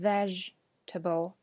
Vegetable